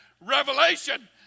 revelation